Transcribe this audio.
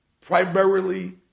primarily